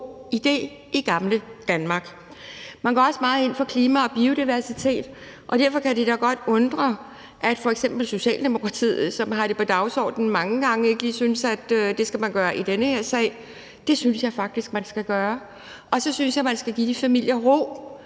idé i gamle Danmark. Man går også meget ind for klima og biodiversitet, og derfor kan det da godt undre, at f.eks. Socialdemokratiet, som har det på dagsordenen mange gange, ikke lige synes, at man skal gøre det i den her sag. Det synes jeg faktisk man skal gøre. Og så synes jeg, man skal give de familier ro,